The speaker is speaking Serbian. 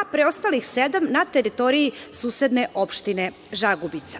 a preostalih sedam na teritoriji susedne opštine Žagubica.